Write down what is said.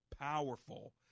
powerful